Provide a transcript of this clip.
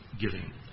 giving